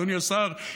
אדוני השר,